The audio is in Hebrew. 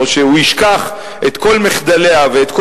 או שהוא ישכח את כל מחדליה ואת כל